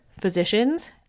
physicians